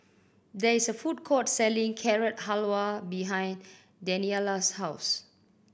there is a food court selling Carrot Halwa behind Daniela's house